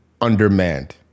undermanned